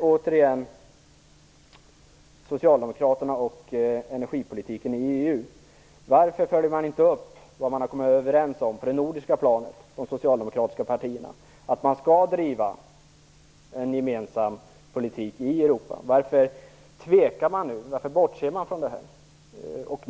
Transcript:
Återigen till socialdemokraterna och energipolitiken i EU. Varför följer man inte upp det de socialdemokratiska partierna har kommit överens om på det nordiska planet, att man skall driva en gemensam politik i Europa? Varför tvekar man nu och bortser från detta?